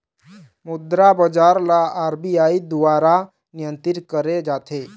मुद्रा बजार ल आर.बी.आई दुवारा नियंत्रित करे जाथे